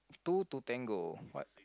two to tango but